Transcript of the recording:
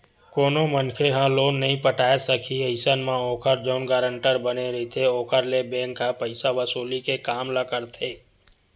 कोनो मनखे ह लोन नइ पटाय सकही अइसन म ओखर जउन गारंटर बने रहिथे ओखर ले बेंक ह पइसा वसूली के काम ल करथे